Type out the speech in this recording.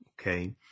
okay